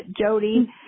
Jody